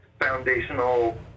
foundational